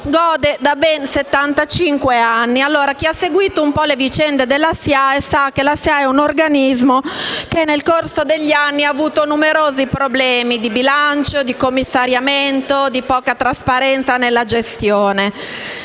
anni. Allora, chi ha seguito un po' le vicende della SIAE sa che si tratta di un organismo che, nel corso degli anni, ha avuto numerosi problemi di bilancio, di commissariamento e di scarsa trasparenza nella gestione.